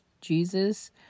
Jesus